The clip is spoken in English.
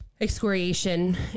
excoriation